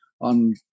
on